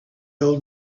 old